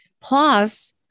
Plus